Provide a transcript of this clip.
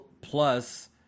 plus